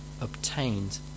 obtained